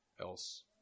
else